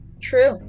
True